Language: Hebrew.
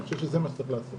ואני חושב שזה מה שצריך לעשות.